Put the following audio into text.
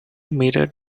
mirror